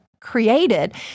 created